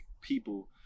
people